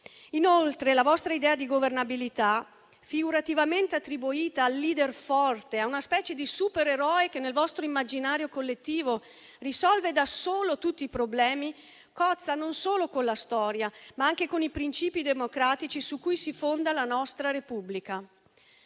Inoltre, la vostra idea di governabilità, figurativamente attribuita al *leader* forte, a una specie di supereroe che nel vostro immaginario collettivo risolve da solo tutti i problemi, cozza non solo con la storia, ma anche con i principi democratici su cui si fonda la nostra Repubblica.